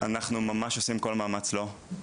אנחנו ממש עושים כל מאמץ לא.